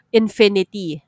infinity